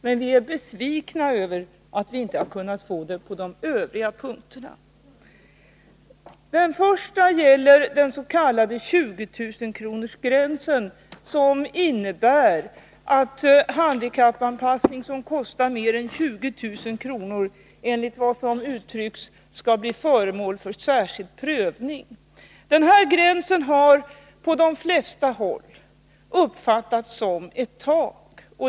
Men vi är besvikna över att vi inte har kunnat få instämmande på de övriga punkterna. Den första av dessa gäller den s.k. 20 000-kronorsgränsen, som innebär att sådan handikappanpassning som kostar mer än 20 000 kr. skall bli föremål för ”särskild prövning”. Denna gräns har på de flesta håll uppfattats som ett tak.